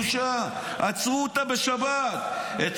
בושה": הלך יועץ משפטי ברחוב,